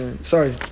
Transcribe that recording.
Sorry